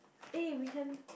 eh we can